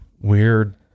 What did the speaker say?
weird